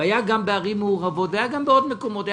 גם בערים מעורבות וגם בעוד מקומות,